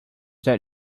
that